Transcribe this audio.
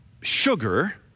Sugar